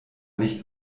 nicht